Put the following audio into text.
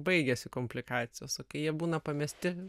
baigėsi komplikacijos o kai jie būna pamesti